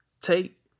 take